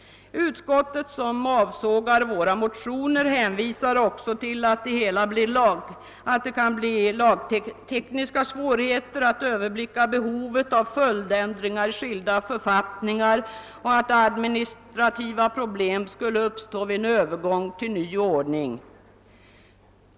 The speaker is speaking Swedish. Utskottet, som avsågar våra motioner, hänvisar också till att det kan bli lagtekniska svårigheter att överblicka behovet av följdändringar i skilda författningar och till att administrativa problem skulle uppstå vid en övergång till ny ordning.